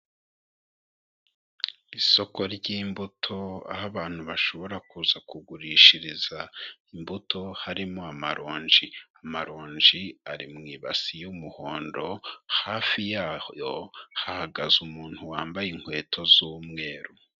Isoko ry'imbuto, aho abantu bashobora kuza kugurishiriza imbuto harimo amaronji, amaronji ari mu ibasi y'umuhondo, hafi yaho hahagaze umuntu wambaye inkweto z'umweru.